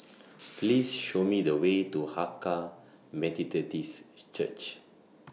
Please Show Me The Way to Hakka Methodist Church